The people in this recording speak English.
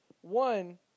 one